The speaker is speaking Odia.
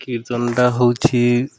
କୀର୍ତ୍ତନଟା ହେଉଛି